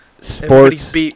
sports